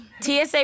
TSA